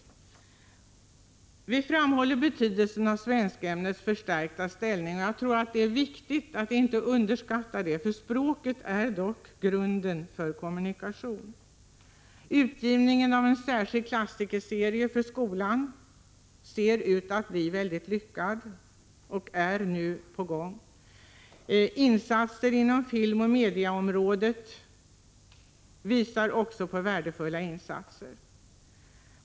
Vi framhåller betydelsen av svenskämnets förstärkta ställning. Det är viktigt att man inte underskattar det här. Språket är dock grunden för all kommunikation. Den utgivning av en särskild klassikerserie för skolan som är på gång ser ut att | bli lyckad. Insatser inom filmoch mediaområdet är också exempel på | värdefulla insatser.